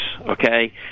okay